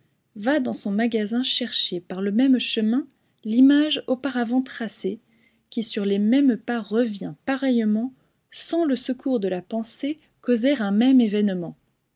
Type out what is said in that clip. va dans son magasin chercher par le même chemin l'image auparavant tracée qui sur les mêmes pas revient pareillement sans le secours de la pensée causer un même événement